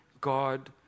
God